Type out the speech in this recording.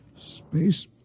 space